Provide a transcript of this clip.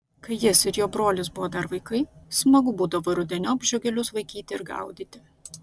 kai jis ir jo brolis dar buvo vaikai smagu būdavo rudeniop žiogelius vaikyti ir gaudyti